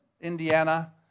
Indiana